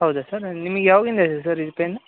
ಹೌದ ಸರ್ ನಿಮಗೆ ಯಾವಾಗಿಂದ ಇದೆ ಸರ್ ಈ ಪೇನ್